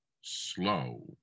slow